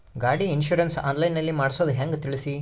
ಗಾಡಿ insurance online ನಲ್ಲಿ ಮಾಡ್ಸೋದು ಹೆಂಗ ತಿಳಿಸಿ?